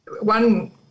one